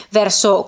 verso